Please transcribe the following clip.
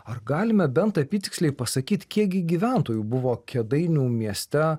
ar galime bent apytiksliai pasakyt kiekgi gyventojų buvo kėdainių mieste